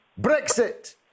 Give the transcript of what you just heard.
Brexit